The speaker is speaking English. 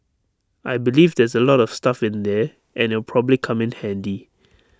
I believe there's A lot of stuff in there and it'll probably come in handy